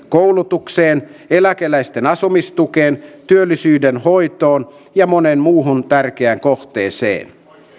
koulutukseen eläkeläisten asumistukeen työllisyyden hoitoon ja moneen muuhun tärkeään kohteeseen